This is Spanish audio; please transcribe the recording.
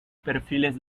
perfiles